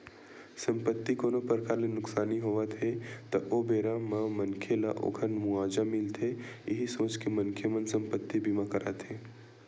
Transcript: संपत्ति कोनो परकार ले नुकसानी होवत हे ता ओ बेरा म मनखे ल ओखर मुवाजा मिलथे इहीं सोच के मनखे मन संपत्ति बीमा कराथे